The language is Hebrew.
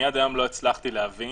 אני עד היום לא הצלחתי להבין